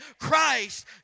Christ